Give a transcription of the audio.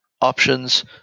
options